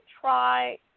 try